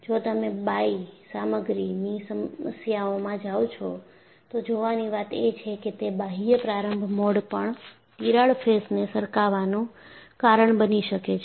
જો તમે બાઈ સામગ્રીની સમસ્યાઓમાં જાઓ છો તો જોવાની વાત એ છે કે તે બાહ્ય પ્રારંભ મોડ પણ તિરાડ ફેસને સરકાવવાનું કારણ બની શકે છે